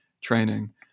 training